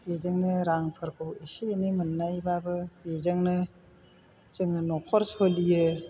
बेजोंनो रांफोरखौ एसे एनै मोननाय बाबो बेजोंनो जोङो न'खर सोलियो